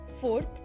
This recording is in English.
Fourth